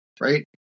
right